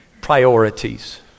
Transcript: Priorities